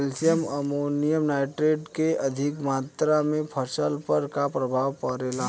Calcium ammonium nitrate के अधिक मात्रा से फसल पर का प्रभाव परेला?